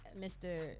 Mr